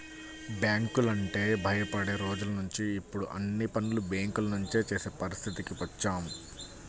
బ్యాంకులంటే భయపడే రోజులనుంచి ఇప్పుడు అన్ని పనులు బ్యేంకుల నుంచే చేసే పరిస్థితికి వచ్చాం